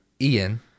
Ian